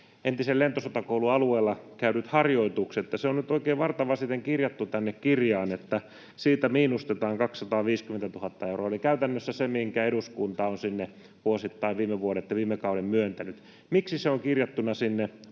entisen Lentosotakoulun alueella käydyt harjoitukset. Se on nyt oikein varta vasten kirjattu tänne kirjaan, että siitä miinustetaan 250 000 euroa — eli käytännössä se, minkä eduskunta on sinne vuosittain viime vuodet ja viime kauden myöntänyt. Miksi se on kirjattuna sinne